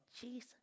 Jesus